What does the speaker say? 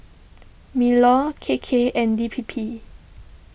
MinLaw K K and D P P